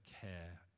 care